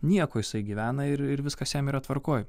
nieko jisai gyvena ir ir viskas jam yra tvarkoj